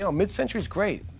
so mid-century's great.